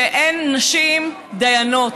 שאין בה נשים דיינות,